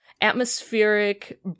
atmospheric